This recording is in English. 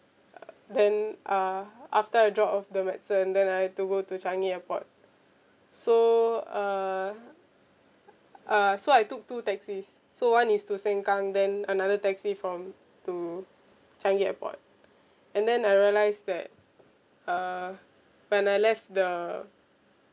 uh then uh after I drop off the medicine then I had to go to changi airport so uh uh so I took two taxis so one is to sengkang then another taxi from to changi airport and then I realise that uh when I left the